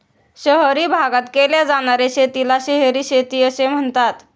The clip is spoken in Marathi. शहरी भागात केल्या जाणार्या शेतीला शहरी शेती असे म्हणतात